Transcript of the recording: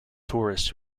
tourists